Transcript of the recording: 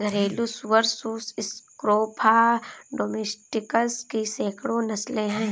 घरेलू सुअर sus scrofa domesticus की सैकड़ों नस्लें हैं